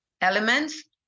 elements